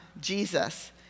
Jesus